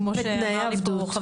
כמו שאמר לי פה,